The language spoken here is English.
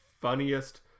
funniest